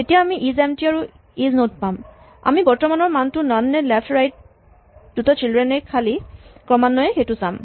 তেতিয়া আমি ইজএম্প্টী আৰু ইজ নড পাম আমি বৰ্তমানৰ মানটো নন নে লেফ্ট ৰাইট দুয়োটা চিল্ড্ৰেন খালী ক্ৰমান্বয়ে সেইটো চাম